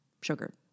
sugar